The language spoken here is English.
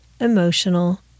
emotional